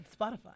Spotify